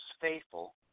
faithful